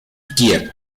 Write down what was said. kiev